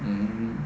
mm